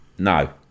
no